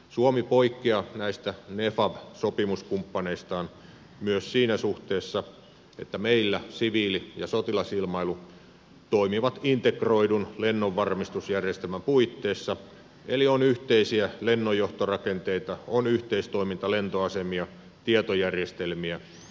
suomi poikkeaa näistä nefab sopimuskumppaneistaan myös siinä suhteessa että meillä siviili ja sotilasilmailu toimivat integroidun lennonvarmistusjärjestelmän puitteissa eli on yhteisiä lennonjohtorakenteita on yhteistoimintalentoasemia tietojärjestelmiä ja henkilöstöä